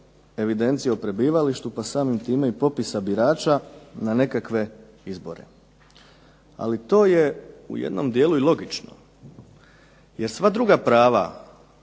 evidencije o prebivalištu pa samim time i popisa birača na nekakve izbore. Ali to je u jednom dijelu i logično, jer sva druga prava